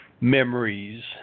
memories